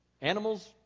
Animals